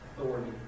authority